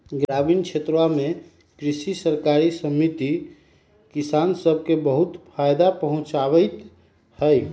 ग्रामीण क्षेत्रवा में कृषि सरकारी समिति किसान सब के बहुत फायदा पहुंचावीत हई